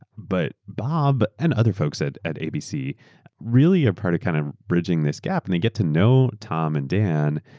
but bob and other folks at at abc really a part of kind of bridging this gap and and get to know tom and dan,